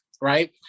right